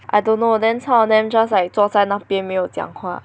I don't know then some of them just like 坐在那边没有讲话